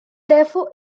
therefore